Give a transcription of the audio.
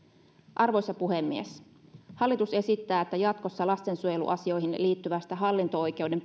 arvoisa puhemies hallitus esittää että jatkossa lastensuojeluasioihin liittyvästä hallinto oikeuden